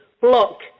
block